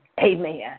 amen